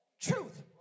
truth